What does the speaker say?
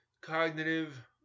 cognitive